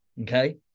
okay